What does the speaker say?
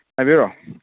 ꯍꯥꯏꯕꯤꯔꯛꯑꯣ